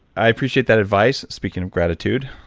i appreciate that advice, speaking of gratitude,